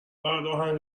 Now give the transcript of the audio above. آهنگ